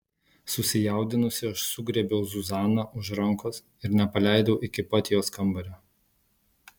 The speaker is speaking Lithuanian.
susijaudinusi aš sugriebiau zuzaną už rankos ir nepaleidau iki pat jos kambario